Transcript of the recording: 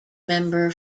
member